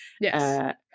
Yes